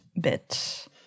bit